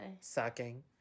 Sucking